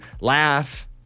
laugh